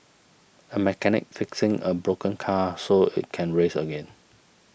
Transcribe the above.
a mechanic fixing a broken car so it can race again